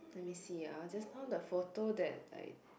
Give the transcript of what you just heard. let me see ah just now the photo that like